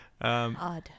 Odd